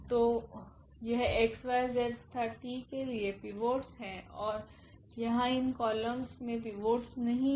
तो यह x y z तथा t के लिए पिवोट्स है ओर यहाँ इन कॉलमस मे पिवोट्स नहीं है